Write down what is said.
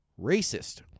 racist